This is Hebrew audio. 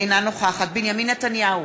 אינה נוכחת בנימין נתניהו,